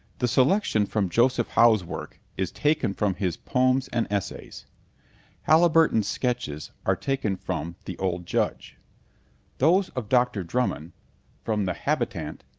the selection from joseph howe's work is taken from his poems and essays haliburton's sketches are taken from the old judge those of dr. drummond from the habitant,